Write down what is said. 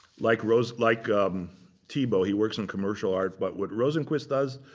like ros, like um thiebaud, he works in commercial art. but what rosenquist does,